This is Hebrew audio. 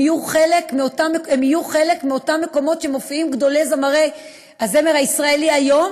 הם יהיו חלק מאותם מקומות שמופיעים בהם גדולי זמרי הזמר הישראלי היום,